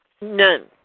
None